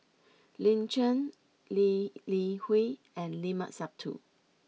Lin Chen Lee Li Hui and Limat Sabtu